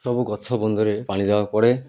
ସବୁ ଗଛ ବନ୍ଧରେ ପାଣି ଦେବାକୁ ପଡ଼େ